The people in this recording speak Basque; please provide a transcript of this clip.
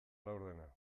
laurdena